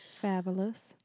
fabulous